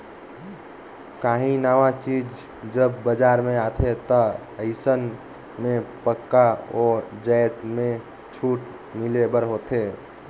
काहीं नावा चीज जब बजार में आथे ता अइसन में पक्का ओ जाएत में छूट मिले बर होथे